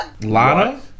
Lana